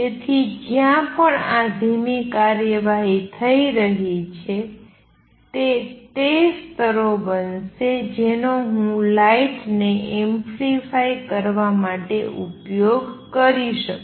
તેથી જ્યાં પણ આ ધીમી કાર્યવાહી થઈ રહી છે તે તે સ્તરો બનશે જેનો હું લાઇટ ને એમ્પ્લિફાઇ કરવા માટે ઉપયોગ કરી શકું છું